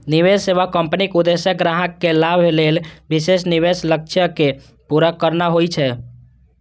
निवेश सेवा कंपनीक उद्देश्य ग्राहक के लाभ लेल विशेष निवेश लक्ष्य कें पूरा करना होइ छै